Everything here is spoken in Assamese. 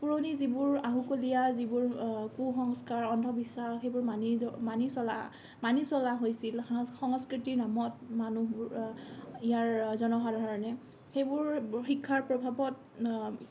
পুৰণি যিবোৰ আহুকলীয়া যিবোৰ কুসংস্কাৰ অন্ধবিশ্বাস সেইবোৰ মানি মানি চলা মানি চলা হৈছিল সাং সংস্কৃতিৰ নামত মানুহবোৰ ইয়াৰ জনসাধাৰণে সেইবোৰ শিক্ষাৰ প্ৰভাৱত